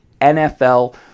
NFL